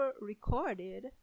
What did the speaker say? recorded